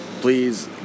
Please